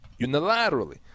unilaterally